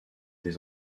des